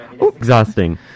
exhausting